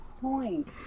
Point